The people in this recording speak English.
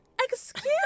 Excuse